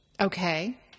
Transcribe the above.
Okay